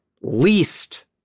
least